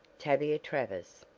tavia travers.